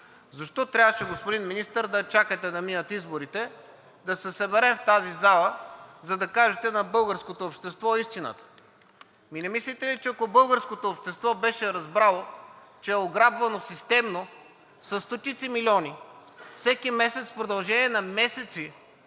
Защо трябваше, господин Министър, да чакате да минат изборите, да се съберем в тази зала, за да кажете на българското общество истината? Не мислите ли, че ако българското общество беше разбрало, че е ограбвано системно със стотици милиони всеки месец в продължение на месеци